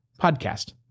podcast